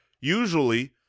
usually